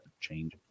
change